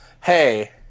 Hey